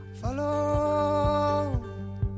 Follow